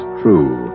true